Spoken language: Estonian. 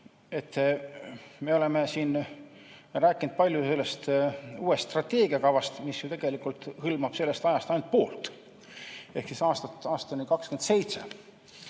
Me oleme siin rääkinud palju sellest uuest strateegiakavast, mis ju tegelikult hõlmab sellest ajast ainult poolt ehk aega aastani 2027.